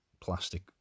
plastic